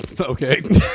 Okay